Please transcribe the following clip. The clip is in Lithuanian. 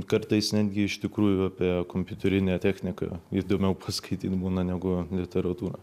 kartais netgi iš tikrųjų apie kompiuterinę techniką įdomiau paskaityt būna negu literatūrą